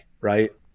right